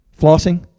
flossing